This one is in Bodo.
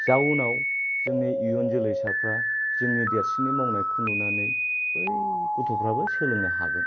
जाहोनाव जोंनि इयुन जोलैसाफ्रा जोंनि देरसिननि मावनायखौ नुनानै बै गथ'फोराबो सोलोंनो हागोन